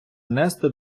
внести